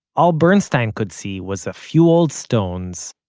all bernstein could see was a few old stones,